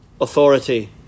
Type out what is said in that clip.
authority